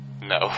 No